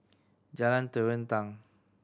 Jalan Terentang